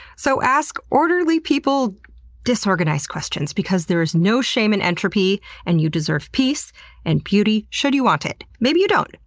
so ask orderly people disorganized questions, because there is no shame in entropy and you deserve peace and beauty, should you want it. maybe you don't.